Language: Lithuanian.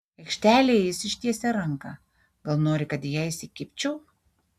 aikštelėje jis ištiesia ranką gal nori kad į ją įsikibčiau